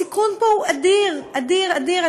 הסיכון פה הוא אדיר, אדיר, אדיר.